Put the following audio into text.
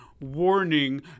warning